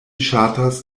ŝatas